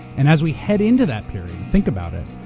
and as we head into that period, think about it.